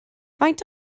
faint